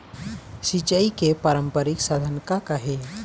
सिचाई के पारंपरिक साधन का का हे?